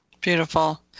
Beautiful